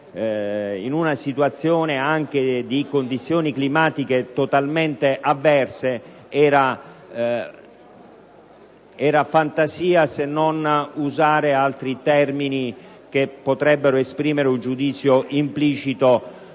autunnale, con condizioni climatiche totalmente avverse, era fantasia (per non usare altri termini che potrebbero esprimere un giudizio implicito